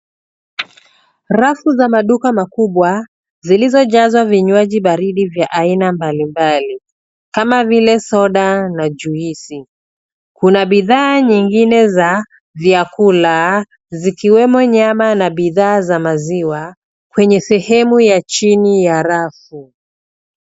Rafu za maduka makubwa zilizojazwa vinywaji baridi vya aina mbalimbali kama vile soda na juice .Kuna bidhaa nyingine za vyakula zikwemo nyama na bidhaa za maziwa kwenye sehemu ya chini ya rafu.